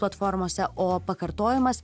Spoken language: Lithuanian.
platformose o pakartojimas